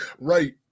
right